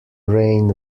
reign